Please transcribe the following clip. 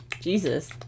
Jesus